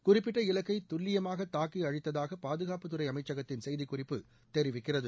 குறிப்பிட்ட இலக்கை துல்லியமாக தாக்கி அழித்ததாக பாதுகாப்பு துறை அமைச்சகத்தின் செய்திக்குறிப்பு தெரிவிக்கிறது